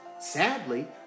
Sadly